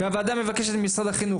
הוועדה מבקשת ממשרד החינוך,